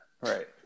Right